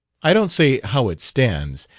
i don't say how it stands.